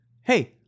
hey